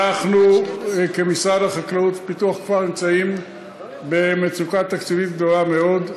אנחנו כמשרד החקלאות ופיתוח הכפר נמצאים במצוקה תקציבית גדולה מאוד,